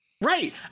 Right